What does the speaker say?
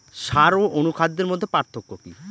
সার ও অনুখাদ্যের মধ্যে পার্থক্য কি?